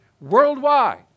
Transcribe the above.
worldwide